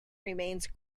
remains